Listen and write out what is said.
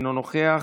אינו נוכח,